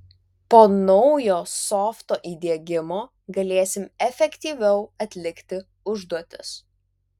po naujo softo įdiegimo galėsim efektyviau atlikti užduotis